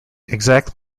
exact